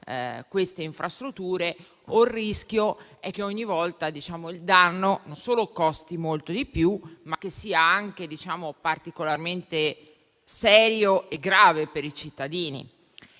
queste infrastrutture; o il rischio è che, ogni volta, il danno non solo costi molto di più, ma sia anche particolarmente serio e grave per i cittadini.